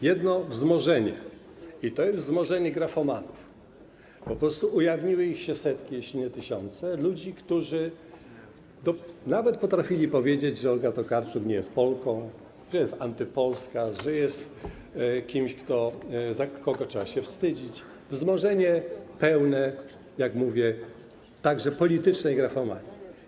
Jeden to wzmożenie, i to jest wzmożenie grafomanów, po prostu ujawniły się setki, jeśli nie tysiące ludzi, którzy nawet potrafili powiedzieć, że Olga Tokarczuk nie jest Polką, że jest antypolska, że jest kimś, za kogo trzeba się wstydzić, wzmożenie pełne, jak mówię, także politycznej grafomanii.